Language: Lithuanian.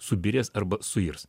subyrės arba suirs